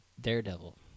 Daredevil